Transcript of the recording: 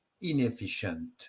inefficient